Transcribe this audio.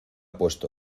puesto